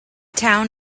town